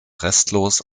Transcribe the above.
restlos